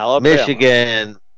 Michigan